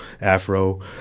Afro